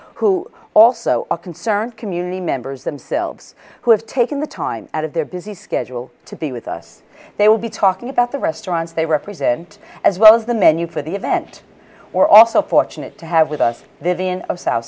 who also are concerned community members themselves who have taken the time out of their busy schedule to be with us they will be talking about the restaurants they represent as well as the menu for the event or also fortunate to have with us they've been of south